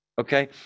okay